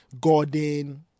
Gordon